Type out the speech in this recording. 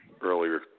earlier